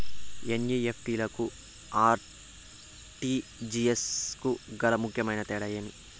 NEFT కు RTGS కు గల ముఖ్యమైన తేడా ఏమి?